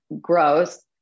gross